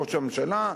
ראש הממשלה,